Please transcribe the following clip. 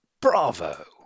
Bravo